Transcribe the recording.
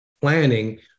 planning